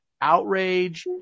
outrage